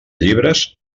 llibres